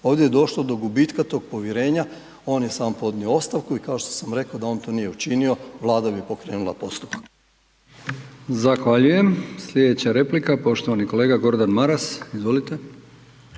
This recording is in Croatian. Ovdje je došlo do gubitka tog povjerenja, on je sam podnio ostavku i kao što sam rekao, da on to nije učinio, Vlada bi pokrenula postupak.